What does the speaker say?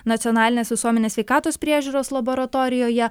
nacionalinės visuomenės sveikatos priežiūros laboratorijoje